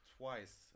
twice